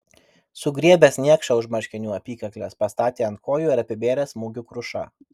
sugriebęs niekšą už marškinių apykaklės pastatė ant kojų ir apibėrė smūgių kruša